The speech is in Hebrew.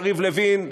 יריב לוין,